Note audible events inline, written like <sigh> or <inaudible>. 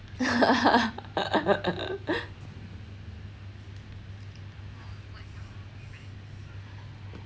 <laughs>